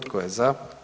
Tko je za?